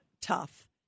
tough